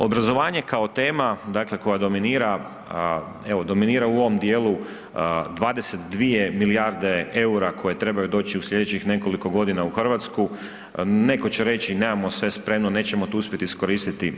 Obrazovanje kao tema, dakle koja dominira, evo dominira u ovom dijelu 22 milijarde EUR-a koje trebaju doći u slijedećih nekoliko godina u RH, neko će reći nemamo sve spremno, nećemo to uspjeti iskoristiti.